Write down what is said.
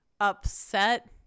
upset